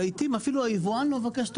ולעתים אפילו היבואן לא מבקש תעודה,